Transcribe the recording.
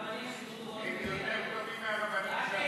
הרבנים של דודו רותם,